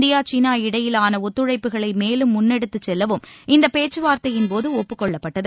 India China இடையிலான ஒத்துழைப்புகளை மேலும் முன்னெடுத்துச் செல்லவும் இந்தப் பேச்சுவார்த்தையின் போது ஒப்புக் கொள்ளப்பட்டது